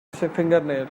fingernail